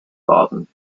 worden